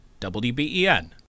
WBEN